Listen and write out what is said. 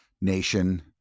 nation